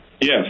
Yes